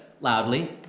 loudly